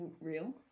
real